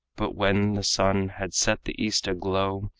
but when the sun had set the east aglow,